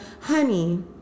honey